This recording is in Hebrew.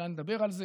אולי נדבר על זה.